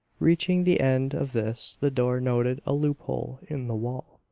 reaching the end of this the doctor noted a loophole in the wall,